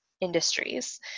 industries